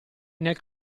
nel